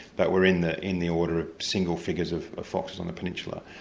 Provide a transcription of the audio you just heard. but we're in the in the order of single figures of of foxes on the peninsula.